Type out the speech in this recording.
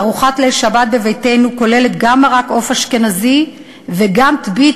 ארוחת ליל שבת בביתנו כוללת גם מרק עוף אשכנזי וגם תְבּית,